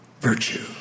virtue